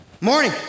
Morning